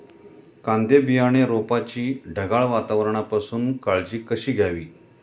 कांदा बियाणे रोपाची ढगाळ वातावरणापासून काळजी कशी घ्यावी?